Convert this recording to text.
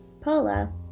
Paula